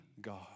God